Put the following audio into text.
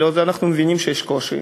אנחנו מבינים שיש קושי,